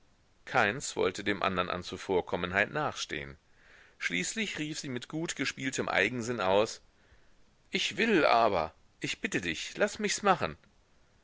keins wollte dem andern an zuvorkommenheit nachstehen schließlich rief sie mit gut gespieltem eigensinn aus ich will aber ich bitte dich laß michs machen